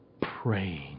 praying